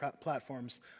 platforms